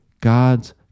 God's